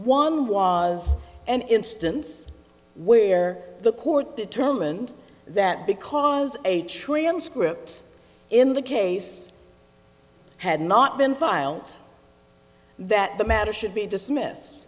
one was an instance where the court determined that because atrial scripts in the case had not been filed that the matter should be dismissed